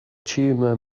tumour